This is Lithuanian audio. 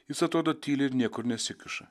jis atrodo tyli ir niekur nesikiša